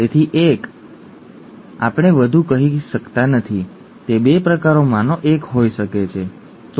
તેથી 1 આપણે XAXA અથવા XAXaથી વધુ કશું કહી શકતા નથી તે 2 પ્રકારોમાંનો એક હોઈ શકે છે જ્યારે 4 એ XAXa છે